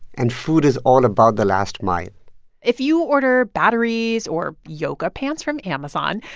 and food is all about the last mile if you order batteries or yoga pants from amazon,